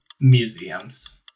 Museums